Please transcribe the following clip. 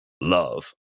love